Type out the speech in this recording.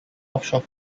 offshore